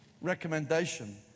recommendation